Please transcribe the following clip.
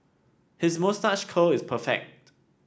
his moustache curl is perfect